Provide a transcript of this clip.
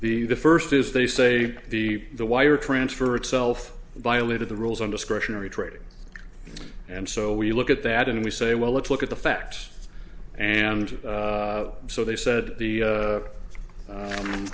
the the first is they say the the wire transfer itself violated the rules on discretionary trading and so we look at that and we say well let's look at the facts and so they said at the